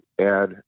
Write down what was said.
add